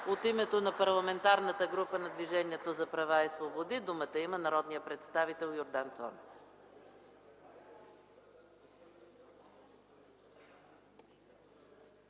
От името на Парламентарната група на Движението за права и свободи думата има народният представител Йордан Цонев.